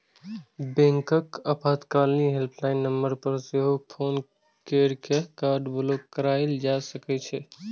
बैंकक आपातकालीन हेल्पलाइन पर सेहो फोन कैर के कार्ड ब्लॉक कराएल जा सकै छै